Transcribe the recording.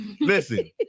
Listen